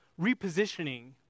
repositioning